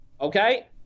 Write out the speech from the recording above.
Okay